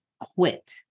quit